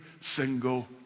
single